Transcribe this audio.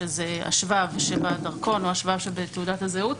שזה השבב שבדרכון או השבב שבתעודת הזהות.